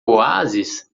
oásis